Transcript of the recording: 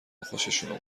خوششون